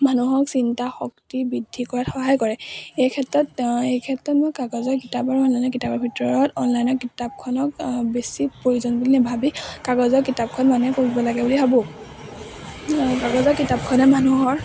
মানুহক চিন্তা শক্তি বৃদ্ধি কৰাত সহায় কৰে এই ক্ষেত্ৰত এই ক্ষেত্ৰত মই কাগজৰ কিতাপ আৰু অনলাইনৰ কিতাপৰ ভিতৰত অনলাইনৰ কিতাপখনক বেছি প্ৰয়োজন বুলি নাভাবি কাগজৰ কিতাপখন মানুহে পঢ়িব লাগে বুলি ভাবোঁ কাগজৰ কিতাপখনে মানুহৰ